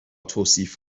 توصیف